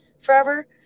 forever